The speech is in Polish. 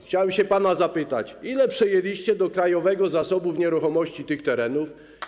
Chciałem pana zapytać, ile przejęliście do Krajowego Zasobu Nieruchomości tych terenów.